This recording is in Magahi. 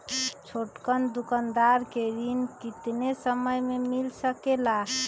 छोटकन दुकानदार के ऋण कितने समय मे मिल सकेला?